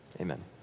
amen